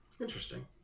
Interesting